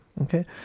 Okay